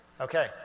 Okay